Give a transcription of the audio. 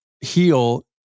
heal